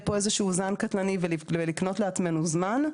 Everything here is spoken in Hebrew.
פה איזשהו זן קטלני ולקנות לעצמנו זמן.